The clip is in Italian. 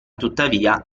tuttavia